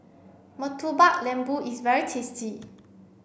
Murtabak Lembu is very tasty